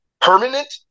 permanent